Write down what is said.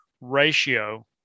ratio